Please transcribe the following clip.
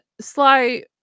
Sly